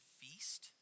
feast